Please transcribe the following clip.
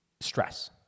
stress